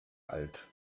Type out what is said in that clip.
alt